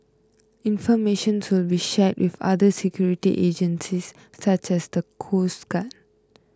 information will be shared with other security agencies such as the coast guard